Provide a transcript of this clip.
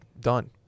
Done